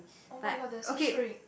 oh-my-god they're so strict